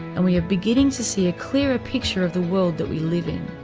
and we are beginning to see a clearer picture of the world that we live in.